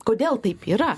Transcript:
kodėl taip yra